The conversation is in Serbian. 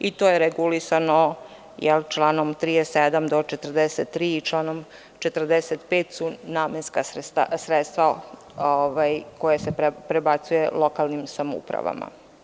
I to je regulisano članom 37. do 43. i članom45. to su namenska sredstva koja se prebacuju lokalni samoupravama.